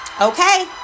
okay